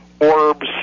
orbs